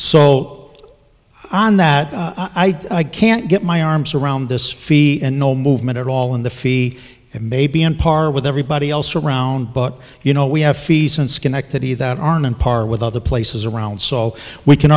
so on that i can't get my arms around this fee and no movement at all in the fee maybe on par with everybody else around but you know we have fees and schenectady that aren't on par with other places around so we can